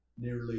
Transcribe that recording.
nearly